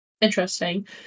Interesting